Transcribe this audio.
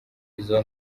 izo